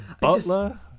Butler